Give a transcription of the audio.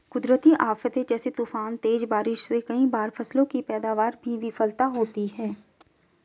कुदरती आफ़ते जैसे तूफान, तेज बारिश से कई बार फसलों की पैदावार में विफलता होती है